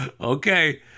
Okay